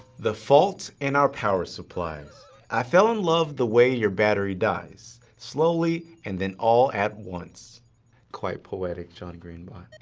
the fault in our power supplies i fell in love the way your battery dies, slowly and then all at once quite poetic john green bot.